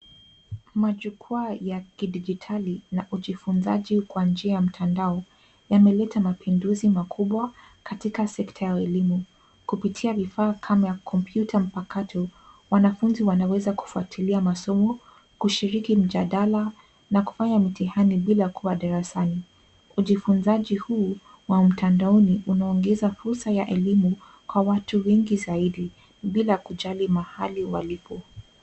Majukwaa ya kidijitali na ujifunzaji kwa njia ya mtandao yameleta mapinduzi makubwa katika sekta ya elimu kupitia vifaa kama kompyuta mpakato. Wanafunzi wanaweza kufuatilia masomo, kushiriki mjadala na kufanya mitihani bila kuwa darasani. Ujifunzaji huu wa mtandaoni unaongeza fursa ya elimu kwa watu wengi zaidi bila kujali mahali walipo.